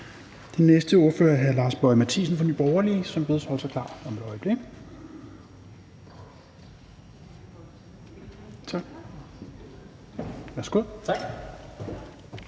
Den næste ordfører er hr. Lars Boje Mathiesen fra Nye Borgerlige, som bedes holde sig klar. Værsgo. Kl.